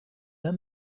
then